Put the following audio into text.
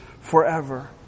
forever